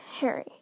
Harry